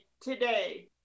today